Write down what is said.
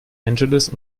angeles